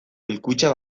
hilkutxa